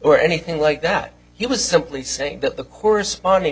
or anything like that he was simply saying that the corresponding